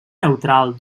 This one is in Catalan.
neutral